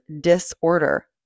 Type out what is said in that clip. disorder